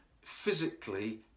physically